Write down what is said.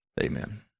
Amen